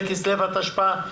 י"ד בכסלו התשפ"א,